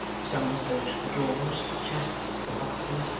some searched the drawers, the chests, the boxes,